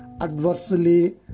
adversely